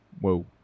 Whoa